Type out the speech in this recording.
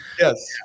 Yes